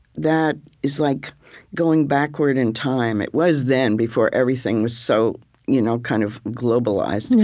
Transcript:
that is like going backward in time. it was then, before everything was so you know kind of globalized.